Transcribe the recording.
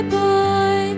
boy